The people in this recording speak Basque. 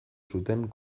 zuten